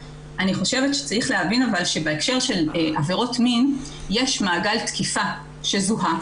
אבל אני חושבת שצריך להבין שבהקשר של עבירות מין יש מעגל תקיפה שזוהה